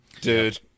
Dude